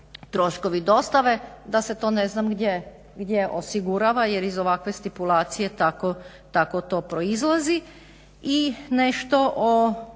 troškovi dostave da se to ne znam gdje osigurava jer iz ovakve stipulacije tako to proizlazi. I nešto o